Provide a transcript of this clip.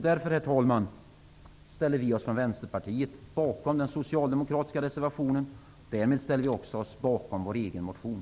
Därför, herr talman, ställer vi från Vänsterpartiet oss bakom den socialdemokratiska reservationen. Därigenom ställer vi oss också bakom vår egen motion.